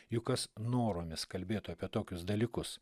jog kas noromis kalbėtų apie tokius dalykus